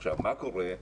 מה קורה?